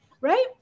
right